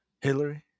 Hillary